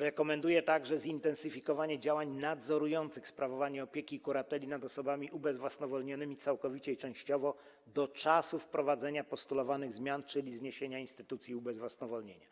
Rekomenduje także zintensyfikowanie działań nadzorujących sprawowanie opieki i kurateli nad osobami ubezwłasnowolnionymi całkowicie i częściowo do czasu wprowadzenia postulowanych zmian, czyli zniesienia instytucji ubezwłasnowolnienia,